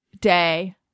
day